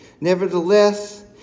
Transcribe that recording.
Nevertheless